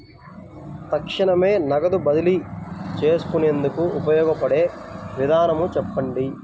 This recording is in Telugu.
తక్షణమే నగదు బదిలీ చేసుకునేందుకు ఉపయోగపడే విధానము చెప్పండి?